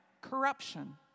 corruption